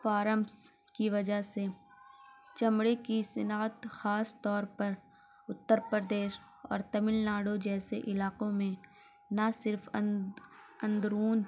forms کی وجہ سے چمڑے کی صنعت خاص طور پر اتر پردیش اور تمل ناڈو جیسے علاقوں میں نہ صرف اندرون